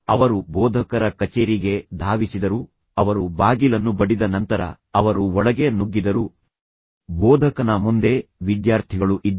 ಅವರು ಬೋಧಕರ ಕಚೇರಿಗೆ ಧಾವಿಸಿದರು ಅವರು ಬಾಗಿಲನ್ನು ಬಡಿದ ನಂತರ ಅವರು ಒಳಗೆ ನುಗ್ಗಿದರು ಬೋಧಕನ ಮುಂದೆ ವಿದ್ಯಾರ್ಥಿಗಳು ಇದ್ದರು